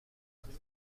کنیم